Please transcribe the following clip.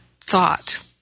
thought